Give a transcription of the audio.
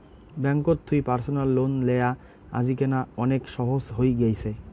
ব্যাঙ্ককোত থুই personal loan লেয়া আজিকেনা অনেক সহজ হই গ্যাছে